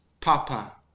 papa